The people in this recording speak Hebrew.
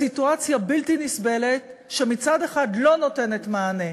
בסיטואציה בלתי נסבלת, שמצד אחד לא נותנת מענה